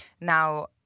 Now